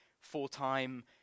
full-time